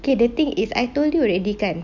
okay the thing is I told you already kan